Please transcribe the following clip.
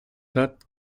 hat